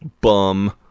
bum